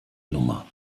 nummer